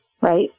right